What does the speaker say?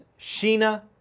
Sheena